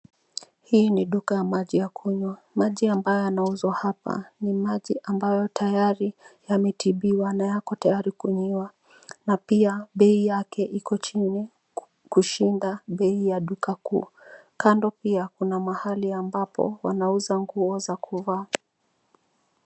Hii ni duka ya maji ya kunywa. Maji ambayo yanauzwa hapa ni maji ambayo tayari yametibiwa na yako tayari kukunywiwa, na pia bei yake iko chini kushinda bei ya duka kuu. Kando pia, kuna mahali ambapo wanauza nguo za kuvaa.